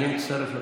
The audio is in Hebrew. אני מצטרף לדברים.